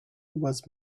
was